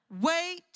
Wait